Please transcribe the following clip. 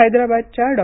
हैदराबादच्या डॉ